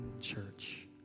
church